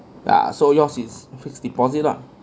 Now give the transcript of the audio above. ah so yours is fixed deposit lah